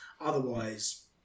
otherwise